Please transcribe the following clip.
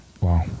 Wow